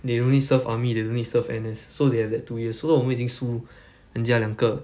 they no need serve army they no need serve N_S so they have that two years so 我们已经输人家两个